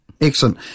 Excellent